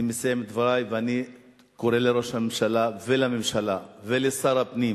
אני מסיים את דברי ואני קורא לראש הממשלה ולממשלה ולשר הפנים